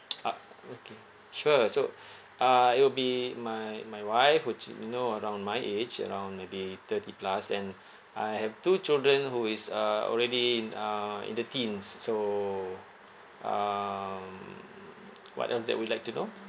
ah okay sure so uh it will be my my wife which you know around my age around maybe thirty plus and I have two children who is uh already in uh in the teens so um what else that you would like to know